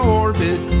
orbit